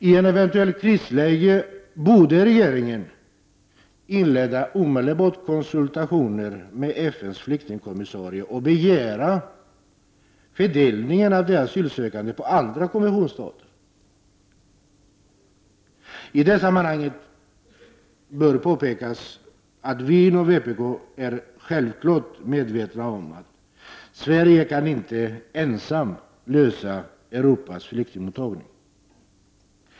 I ett krisläge bör regeringen inleda konsultationer med FNs flyktingkommissarie och begära fördelning av de asylsökande på andra konventionsstater. I det sammanhanget bör påpekas att vi inom vpk självfallet är medvetna om att Sverige inte ensamt kan klara Europas flyktingmottagning.